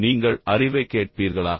நீங்கள் அறிவைக் கேட்பீர்களா